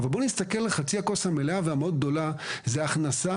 אבל בואו נסתכל על חצי הכוס המלאה והמאוד גדולה: זו ההכנסה